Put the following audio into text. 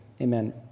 Amen